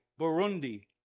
Burundi